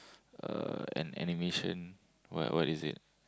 uh an animation what what is it